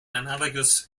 analogous